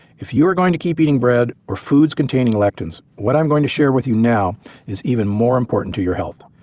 if you are going to keep eating bread or foods containing lectins, what i'm going to share with you now is even more important to your health.